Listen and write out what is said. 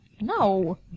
No